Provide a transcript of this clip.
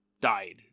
died